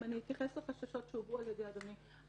אם אני אתייחס לחששות שהובעו על ידי אדוני,